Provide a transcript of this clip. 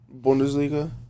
Bundesliga